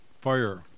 fire